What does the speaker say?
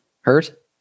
Hurt